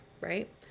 right